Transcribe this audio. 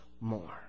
more